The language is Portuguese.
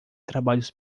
trabalhos